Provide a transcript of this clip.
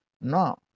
No